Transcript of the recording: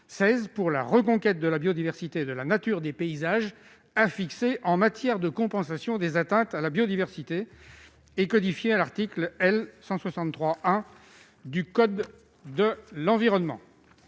2016 pour la reconquête de la biodiversité, de la nature et des paysages a fixées en matière de compensation des atteintes à la biodiversité, et qui sont codifiées à l'article L. 163-1 du code de l'environnement.